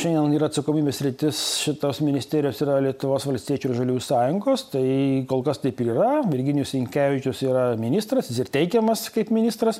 šiandien yra atsakomybės sritis šitos ministerijos yra lietuvos valstiečių ir žaliųjų sąjungos taai kol kas taip ir yra virginijus sinkevičius yra ministras jis ir teikiamas kaip ministras